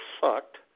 sucked